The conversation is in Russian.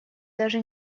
даже